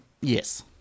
Yes